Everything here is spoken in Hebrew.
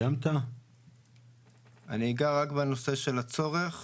אגע בנושא של הצורך